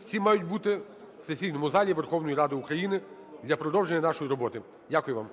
всі мають бути в сесійному залі Верховної Ради України для продовження нашої роботи. Дякую вам.